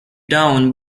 town